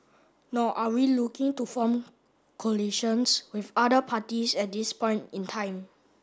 nor are we looking to form coalitions with other parties at this point in time